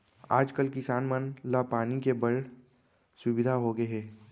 आज कल किसान मन ला पानी के बड़ सुबिधा होगे हे